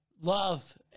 love